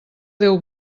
déu